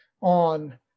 on